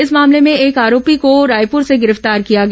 इस मामले में एक आरोपी को रायपुर से गिरफ्तार किया गया